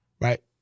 Right